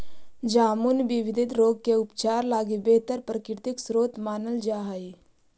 जामुन विविध रोग के उपचार लगी बेहतर प्राकृतिक स्रोत मानल जा हइ